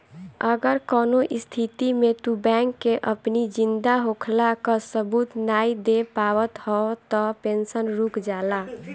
अगर कवनो स्थिति में तू बैंक के अपनी जिंदा होखला कअ सबूत नाइ दे पावत हवअ तअ पेंशन रुक जाला